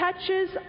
touches